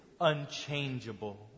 unchangeable